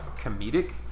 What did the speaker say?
comedic